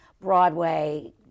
Broadway